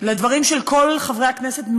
לדברים של כל חברי הכנסת,